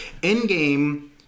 Endgame